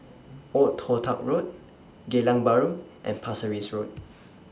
Old Toh Tuck Road Geylang Bahru and Pasir Ris Road